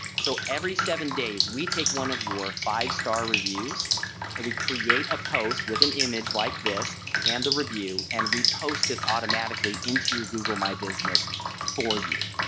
so every seven days we take one of your five-star reviews and we create a post with an image like this and the review and we post it automatically into your google my business for you.